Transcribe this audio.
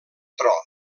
tro